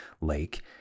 lake